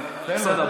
אבל בסדר,